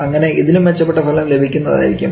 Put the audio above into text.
അങ്ങനെ ഇതിലും മെച്ചപ്പെട്ട ഫലം ലഭിക്കുന്നതായിരിക്കും